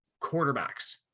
quarterbacks